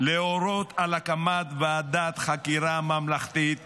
להורות על הקמת ועדת חקירה ממלכתית